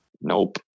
Nope